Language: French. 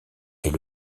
est